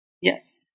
Yes